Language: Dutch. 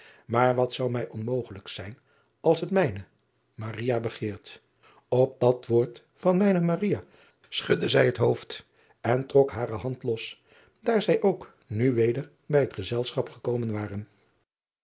maar wat zou mij onmogelijk zijn als het mijne begeert p dat woord van mijne aria schudde zij het hoofd en trok hare hand los daar zij ook nu weder bij het gezelschap gekomen waren